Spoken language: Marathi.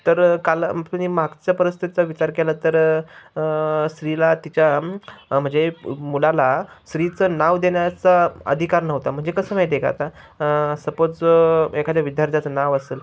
तर काला तुम्ही मागच्या परिस्थितीचा विचार केला तर स्त्रीला तिच्या म्हणजे मुलाला स्त्रीचं नाव देण्या्चा अधिकार नव्हता म्हणजे कसं माहिती आहे का आता सपोज एखाद्या विद्यार्थ्याचं नाव असेल